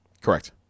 Correct